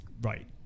right